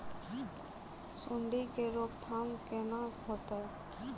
सुंडी के रोकथाम केना होतै?